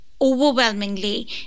overwhelmingly